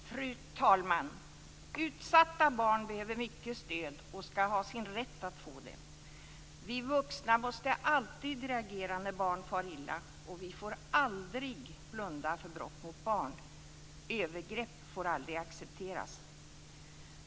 Fru talman! Utsatta barn behöver mycket stöd och ska ha rätt att få det. Vi vuxna måste alltid reagera när barn far illa. Vi får aldrig blunda för brott mot barn. Övergrepp får aldrig accepteras!